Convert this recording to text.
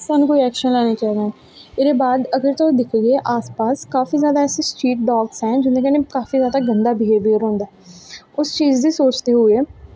स्हानू कोई ऐक्शन लाना चाही दा इसदे बाद अगर तुस दिखगे आस पास काफी जादा स्ट्रीट डॉग्स ऐं जिंदे कन्नै काफी जादा गंदा बिहेवियर होंदा ऐ उस चीज़ गी सोचदे होई